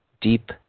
deep